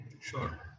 Sure